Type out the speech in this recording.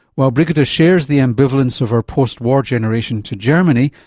while brigitte shares the ambivalence of her post-war generation to germany,